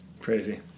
crazy